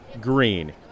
Green